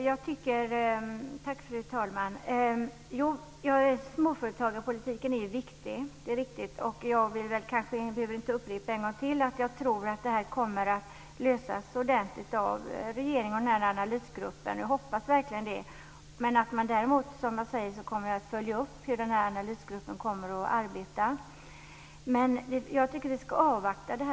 Fru talman! Det är riktigt att småföretagarpolitiken är viktig. Jag behöver inte upprepa en gång till att jag tror att problemet kommer att lösas av regeringen och analysgruppen. Jag hoppas verkligen det. Jag kommer att följa upp analysgruppens arbete. Jag tycker att vi ska avvakta.